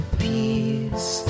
peace